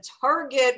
target